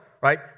Right